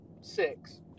six